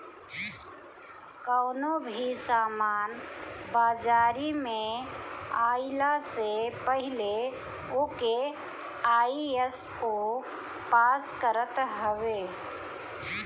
कवनो भी सामान बाजारी में आइला से पहिले ओके आई.एस.ओ पास करत हवे